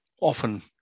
often